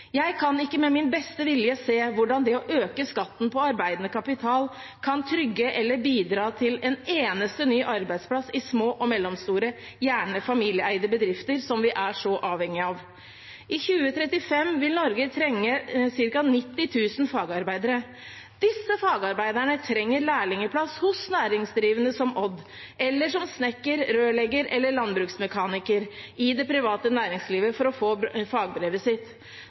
Jeg kan ikke med min beste vilje se hvordan det å øke skatten på arbeidende kapital kan trygge eller bidra til en eneste ny arbeidsplass i små og mellomstore, gjerne familieeide, bedrifter, som vi er så avhengig av. I 2035 vil Norge trenge ca. 90 000 fagarbeidere. Disse fagarbeiderne trenger lærlingplass hos næringsdrivende som Odd, eller som snekker, rørlegger eller landbruksmekaniker, i det private næringslivet, for å få fagbrevet sitt.